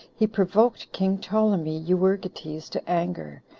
he provoked king ptolemy euergetes to anger,